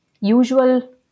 usual